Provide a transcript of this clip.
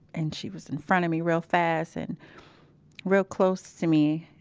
and she was in front of me real fast, and real close to me,